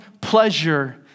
pleasure